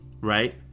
Right